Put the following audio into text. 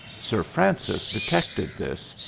sir francis detected this,